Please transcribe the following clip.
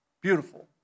beautiful